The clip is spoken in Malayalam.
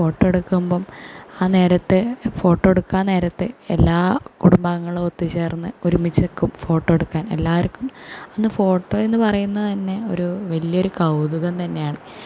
ഫോട്ടോ എടുക്കുമ്പോൾ ആ നേരത്ത് ഫോട്ടോ എടുക്കാൻ നേരത്ത് എല്ലാ കുടുംബാംഗങ്ങളും ഒത്തു ചേർന്ന് ഒരുമിച്ച് നിൽക്കും ഫോട്ടോ എടുക്കാൻ എല്ലാവർക്കും അന്ന് ഫോട്ടോ എന്ന് പറയുന്നത് തന്നെ ഒരു വലിയ ഒരു കൗതുകം തന്നെയാണ്